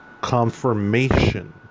confirmation